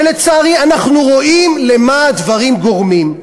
ולצערי, אנחנו רואים למה הדברים גורמים.